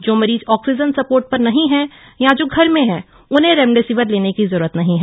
जो मरीज oxygen support पर नहीं है या जो घर में हैं उन्हें रेमडेसिविर लेने की जरूरत नहीं है